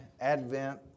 Advent